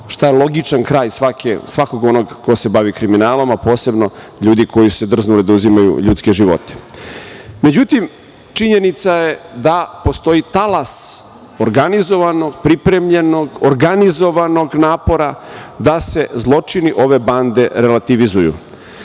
šta je logičan kraj svakog onog ko se bavi kriminalom, a posebno ljudi koji su se drznuli da uzmu ljudske živote.Međutim, činjenica je da postoji talas organizovanog pripremljenog napora da se zločini ove bande relativizuju